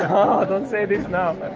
ah don't say this now!